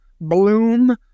Bloom